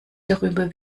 darüber